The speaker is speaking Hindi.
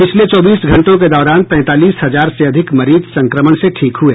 पिछले चौबीस घंटों के दौरान तैंतालीस हजार से अधिक मरीज संक्रमण से ठीक हुए